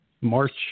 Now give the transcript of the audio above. March